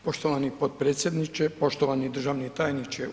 Poštovani potpredsjedniče, poštovani državni tajniče.